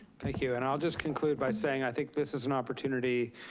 thank you, and i'll just conclude by saying i think this is an opportunity,